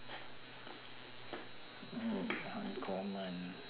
hmm uncommon